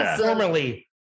formerly